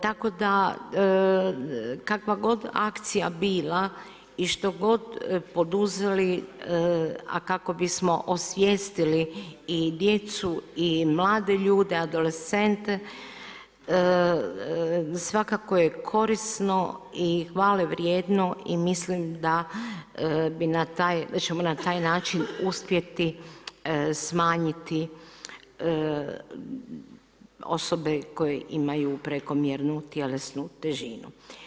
Tako da kakva god akcija bila i što god poduzeli, a kako bismo osvijestili i djecu i mlade ljude adolescente, svakako je korisni i hvale vrijedno i mislim da ćemo na taj način uspjeti smanjiti osobe koje imaju prekomjernu tjelesnu težinu.